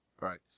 Right